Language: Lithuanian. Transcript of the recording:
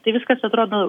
tai viskas atrodo